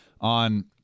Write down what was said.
on